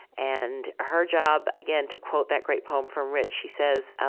and her job, again, to quote that great poem from rich, she says,